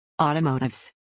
Automotives